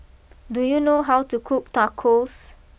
do you know how to cook Tacos